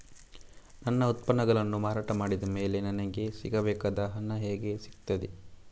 ನನ್ನ ಉತ್ಪನ್ನಗಳನ್ನು ಮಾರಾಟ ಮಾಡಿದ ಮೇಲೆ ನನಗೆ ಸಿಗಬೇಕಾದ ಹಣ ಹೇಗೆ ಸಿಗುತ್ತದೆ?